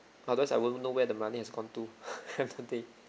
otherwise I won't know where the money has gone to end of the day